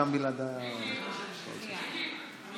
תקופות ודחיית מועדים בענייני הליכי מס (הוראת שעה,